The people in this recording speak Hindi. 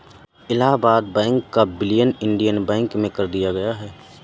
इलाहबाद बैंक का विलय इंडियन बैंक में कर दिया गया है